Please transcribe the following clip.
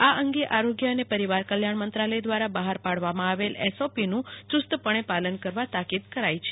આ અંગે આરોગ્ય અને પરિવાર કલ્યાણ મંત્રાલય દ્વારા બહાર પાડવામાં આવેલ એસઓપીનું ચૂસ્તપણે પાલન કરવા તાકીદ કરાઈ છે